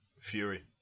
Fury